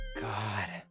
God